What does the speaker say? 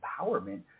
empowerment